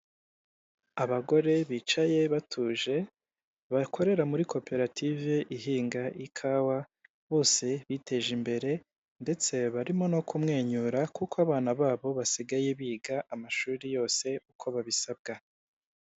Abagore bicaye batuje bakorera muri koperative ihinga ikawa bose biteje imbere ndetse barimo no kumwenyura kuko abana babo basigaye biga amashuri yose uko babisabwa.